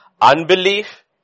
Unbelief